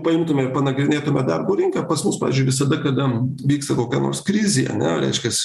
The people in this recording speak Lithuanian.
paimtume ir panagrinėtume darbo rinką pas mus pavyzdžiui visada kada vyksta kokia nors krizė ane reiškias